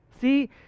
See